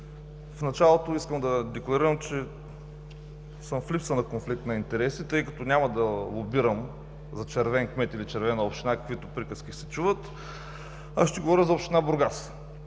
В началото искам да декларирам, че съм в липсва на конфликт на интереси, тъй като няма да лобирам за „червен кмет“ или „червена община“, каквито приказки се чуват, а ще говоря за община Бургас.